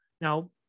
Now